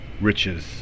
riches